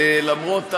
למרות הקשיים,